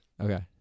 Okay